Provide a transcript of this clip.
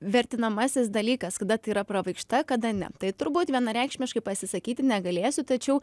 vertinamasis dalykas kada tai yra pravaikšta kada ne tai turbūt vienareikšmiškai pasisakyti negalėsiu tačiau